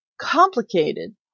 complicated